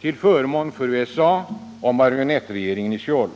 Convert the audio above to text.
till förmån för USA och marionettregeringen i Söul.